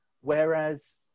Whereas